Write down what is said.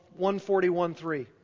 141.3